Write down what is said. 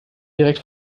direkt